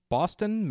Boston